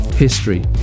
history